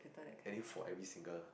I think for every single